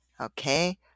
Okay